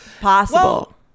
possible